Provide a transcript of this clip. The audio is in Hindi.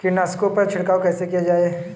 कीटनाशकों पर छिड़काव कैसे किया जाए?